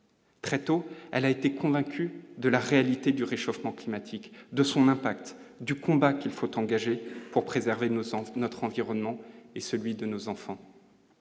Très tôt, elle a été convaincu de la réalité du réchauffement climatique, de son impact du combat qu'il faut engager pour préserver nos enfants, notre environnement, et celui de nos enfants.